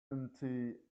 into